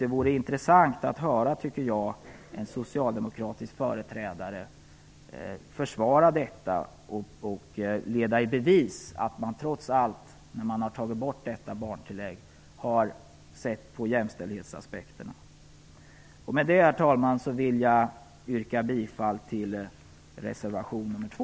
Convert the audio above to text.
Det vore intressant att få höra en socialdemokratisk företrädare försvara detta och leda i bevis att man trots allt har beaktat jämställdhetsaspekten när man har tagit bort det här barntillägget. Med detta, herr talman, vill jag yrka bifall till reservation nr 2.